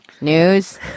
news